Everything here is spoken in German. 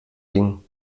ding